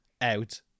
out